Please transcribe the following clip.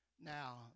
Now